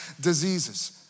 diseases